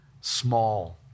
small